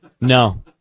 no